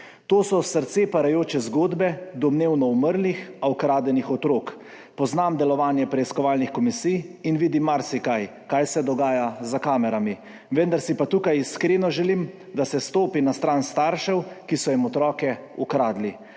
To so srce parajoče zgodbe domnevno umrlih, a ukradenih otrok. Poznam delovanje preiskovalnih komisij in vidim marsikaj, kaj se dogaja za kamerami, vendar si pa tukaj iskreno želim, da se stopi na stran staršev, ki so jim ukradli